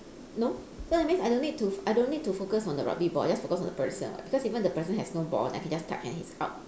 no so that means I don't need to I don't need to focus on the rugby ball I just focus on the person [what] cause even the person has no ball I can just touch and he's out